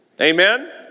Amen